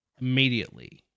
Immediately